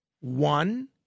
one